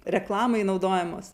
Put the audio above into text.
reklamai naudojamos